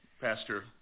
Pastor